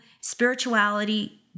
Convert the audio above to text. spirituality